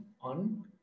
on